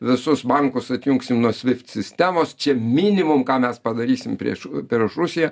visus bankus atjungsim nuo swift sistemos čia minimum ką mes padarysim prieš prieš rusiją